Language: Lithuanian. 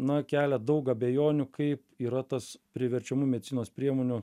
na kelia daug abejonių kaip yra tas priverčiamų medicinos priemonių